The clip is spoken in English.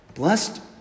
Blessed